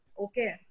Okay